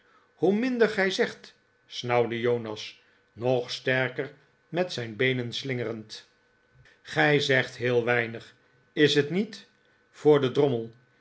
hoe minder gij zegt snauwde jonas nog sterker met zijn beenen slingerend gij zegt heel weinig is t niet voor den drommel